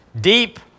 deep